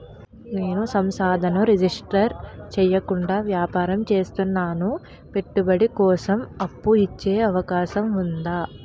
నేను సంస్థను రిజిస్టర్ చేయకుండా వ్యాపారం చేస్తున్నాను పెట్టుబడి కోసం అప్పు ఇచ్చే అవకాశం ఉందా?